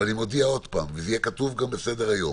שוב, אני מודיע, וזה יהיה כתוב גם בסדר-היום: